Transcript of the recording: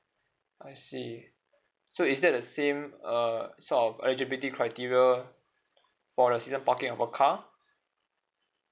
I see so is that the same uh sort of eligibility criteria for the season parking of a car